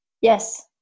Yes